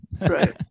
Right